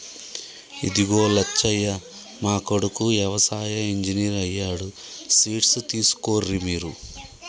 ఇదిగో లచ్చయ్య మా కొడుకు యవసాయ ఇంజనీర్ అయ్యాడు స్వీట్స్ తీసుకోర్రి మీరు